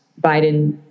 Biden